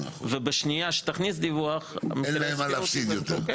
ובשנייה שתכניס דיווח --- אין להם מה להפסיד יותר.